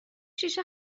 شیشه